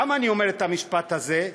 למה אני אומר את המשפט הזה?